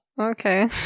okay